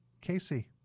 Casey